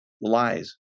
lies